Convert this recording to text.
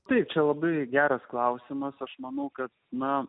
tai čia labai geras klausimas aš manau kad na